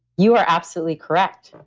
you are absolutely correct.